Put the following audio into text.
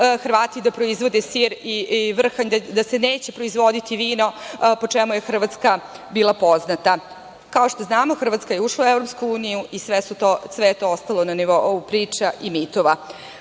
Hrvati da proizvode sir i vrhanj, da se neće proizvoditi vino, po čemu je Hrvatska bila poznata. Kao što znamo, Hrvatska je ušla u EU i sve je to ostalo na nivou priča i mitova. Razumem